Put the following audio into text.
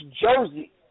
jersey